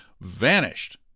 vanished